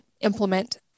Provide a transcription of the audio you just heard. implement